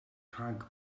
rhag